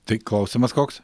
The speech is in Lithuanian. tai klausimas koks